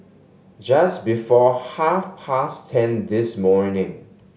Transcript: just before half past ten this morning